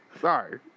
Sorry